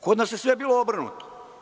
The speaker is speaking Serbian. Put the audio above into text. Kod nas jeste bilo obrnuto.